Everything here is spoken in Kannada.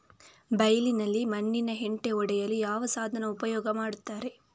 ಬೈಲಿನಲ್ಲಿ ಮಣ್ಣಿನ ಹೆಂಟೆ ಒಡೆಯಲು ಯಾವ ಸಾಧನ ಉಪಯೋಗ ಮಾಡುತ್ತಾರೆ?